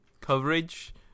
coverage